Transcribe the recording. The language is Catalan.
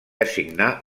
assignar